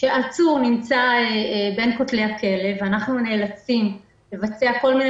והעצור נמצא בין כותלי הכלא ואנחנו נאלצים לבצע כל מיני